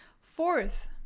Fourth